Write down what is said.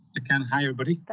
i can hi everybody?